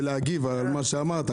ולהגיב על מה שאמרת.